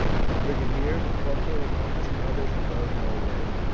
but the brigadier, the corporal and one or two others were going our way.